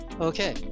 Okay